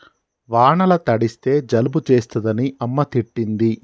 వానల తడిస్తే జలుబు చేస్తదని అమ్మ తిట్టింది